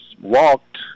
walked